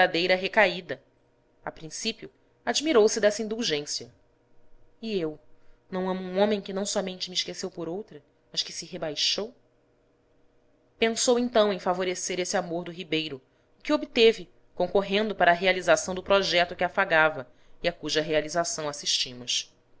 a princípio admirou-se dessa indulgência e eu não amo um homem que não somente me esqueceu por outra mas que se rebaixou pensou então em favorecer esse amor do ribeiro o que obteve concorrendo para a realização do projeto que afagava e a cuja realização assistimos